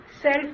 self